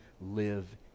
live